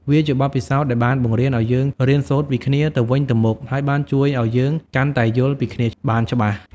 វាជាបទពិសោធន៍ដែលបានបង្រៀនឲ្យយើងរៀនសូត្រពីគ្នាទៅវិញទៅមក ហើយបានជួយឱ្យយើងកាន់តែយល់ពីគ្នាបានច្បាស់។